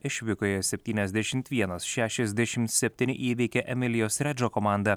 išvykoje septyniasdešimt vienas šešiasdešimt septyni įveikė emilijos redžo komanda